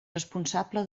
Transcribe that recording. responsable